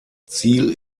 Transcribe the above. ziel